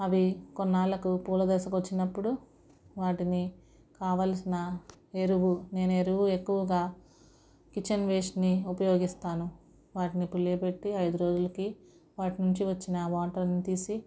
అవి కొన్నాళ్ళకు పూల దశకి వచ్చినప్పుడు వాటిని కావాల్సిన ఎరువు నేను ఎరువు ఎక్కువగా కిచెన్ వేస్ట్ని ఉపయోగిస్తాను వాటిని కుళ్ళ బెట్టి ఐదు రోజులకి వాటి నుంచి వచ్చిన వాటర్ని తీసి